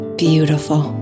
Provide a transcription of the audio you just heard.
beautiful